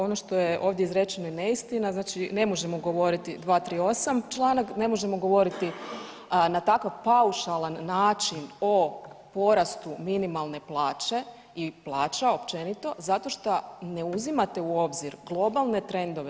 Ono što je ovdje izrečeno je neistina, znači ne možemo govoriti 238. članak, ne možemo govoriti na takav paušalan način o porastu minimalne plaće i plaća općenito zato šta ne uzimate u obzir globalne trendove.